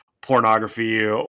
pornography